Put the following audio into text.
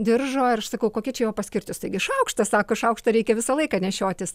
diržo ir aš sakau kokia čia jo paskirtis taigi šaukštą sako šaukštą reikia visą laiką nešiotis